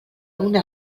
una